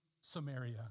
Samaria